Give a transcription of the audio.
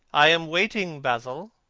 i am waiting, basil,